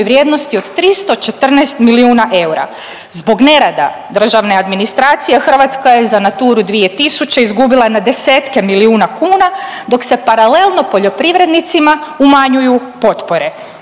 vrijednosti od 314 milijuna eura. Zbog nerada državne administracije Hrvatska je za Naturu 2000 izgubila na desetke milijuna kuna dok se paralelno poljoprivrednicima umanjuju potpore.